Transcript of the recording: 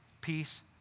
peace